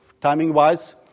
timing-wise